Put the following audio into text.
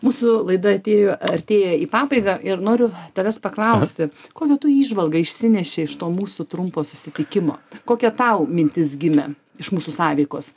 mūsų laida atėjo artėja į pabaigą ir noriu tavęs paklausti kokią tu įžvalgą išsinešei iš to mūsų trumpo susitikimo kokia tau mintis gimė iš mūsų sąveikos